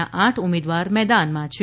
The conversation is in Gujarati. ના આઠ ઉમેદવાર મેદાનમાં છે